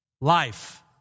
life